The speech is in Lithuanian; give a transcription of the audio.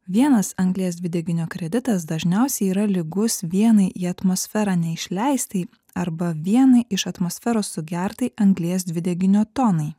vienas anglies dvideginio kreditas dažniausiai yra lygus vienai į atmosferą neišleistai arba vienai iš atmosferos sugertai anglies dvideginio tonai